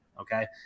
okay